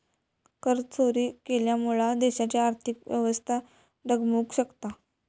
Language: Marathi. करचोरी केल्यामुळा देशाची आर्थिक व्यवस्था डगमगु शकता